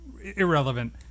irrelevant